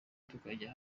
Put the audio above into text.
tukajya